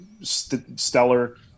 stellar